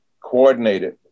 coordinated